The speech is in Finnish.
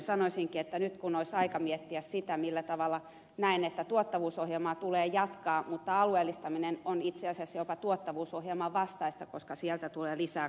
sanoisinkin että nyt olisi aika miettiä sitä millä tavalla tuottavuusohjelmaa tulee jatkaa mutta alueellistaminen on itse asiassa jopa tuottavuusohjelman vastaista koska sieltä tulee lisää kustannuksia